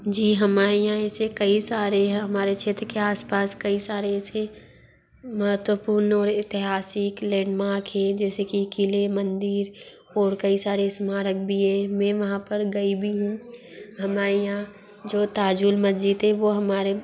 जी हमारे यहाँ ऐसे कई सारे हमारे क्षेत्र के आस पास कई सारे ऐसे महत्वपूर्ण और ऐतिहासिक लेंडमार्क हैं जेसे कि क़िले मंदिर और कई सारे स्मारक भी है मैं वहाँ पर गई भी हूँ हमारे यहाँ जो ताजुल मस्जिद है वो हमारे